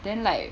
then like